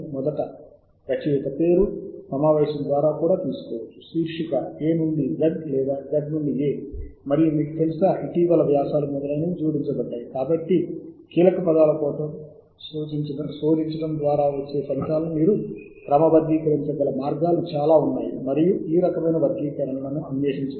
మరియు మనము సేకరించడం పూర్తయిన తర్వాత మనము వ్యూ లింక్ పై లేదా "సేవ్ చేసిన జాబితాను నిర్వహించండి" ఎంపిక ని క్లిక్ చేయవచ్చు తద్వారా మనము సమాచారమును సేకరించడంలో మూడు దశల ప్రక్రియకు వెళ్ళవచ్చు